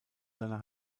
seiner